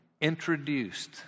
introduced